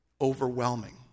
overwhelming